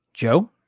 Joe